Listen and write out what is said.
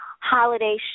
holiday